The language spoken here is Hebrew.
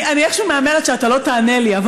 איכשהו מהמרת שאתה לא תענה לי.